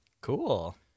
Cool